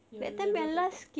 ya labrador